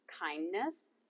kindness